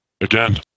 Again